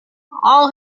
all